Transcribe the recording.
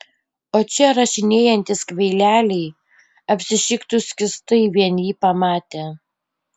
o čia rašinėjantys kvaileliai apsišiktų skystai vien jį pamatę